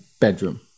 bedroom